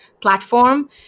platform